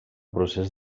procés